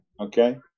okay